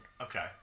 Okay